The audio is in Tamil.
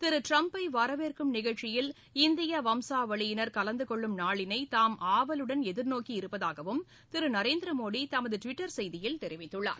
திரு ட்ரம்பை வரவேற்கும் நிகழ்ச்சியில் இந்திய வம்சாவளியினா் கலந்து கொள்ளும் நாளினை தாம் ஆவலுடன் எதிர்நோக்கியிருப்பதாகவும் திரு நரேந்திர மோடி தமது ட்விட்டர் செய்தியில் கூறியுள்ளார்